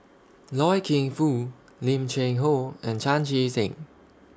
Loy Keng Foo Lim Cheng Hoe and Chan Chee Seng